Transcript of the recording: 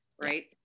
right